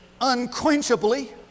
unquenchably